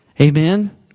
Amen